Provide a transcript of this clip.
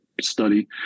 study